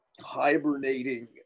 hibernating